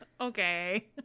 Okay